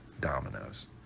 dominoes